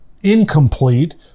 incomplete